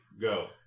Go